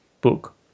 book